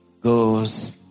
goes